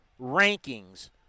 rankings